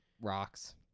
rocks